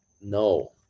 no